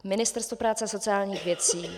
Ministerstvo práce a sociálních věcí.